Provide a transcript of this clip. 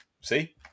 see